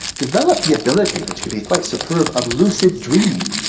develop the ability, which can be quite superb, of lucid dreaming,